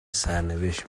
سرنوشت